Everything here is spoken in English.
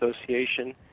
Association